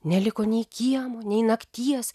neliko nei kiemo nei nakties